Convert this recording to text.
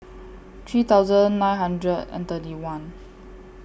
three thousand nine hundred and thirty one